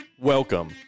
Welcome